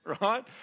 right